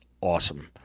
awesome